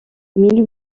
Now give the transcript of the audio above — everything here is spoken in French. mille